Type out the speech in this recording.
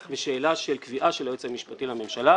ושאלה של קביעה של היועץ המשפטי לממשלה,